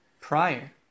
prior